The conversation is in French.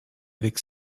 avec